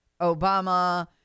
Obama